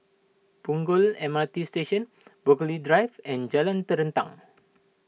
Punggol M R T Station Burghley Drive and Jalan Terentang